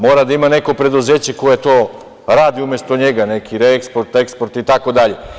Mora da ima neko preduzeće koje to radi umesto njega, neki reeksport, eksport itd.